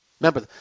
Remember